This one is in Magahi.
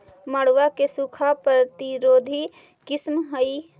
मड़ुआ के सूखा प्रतिरोधी किस्म हई?